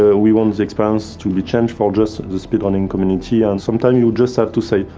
ah we want the experience to be changed for just the speed running community. and sometimes you just have to say,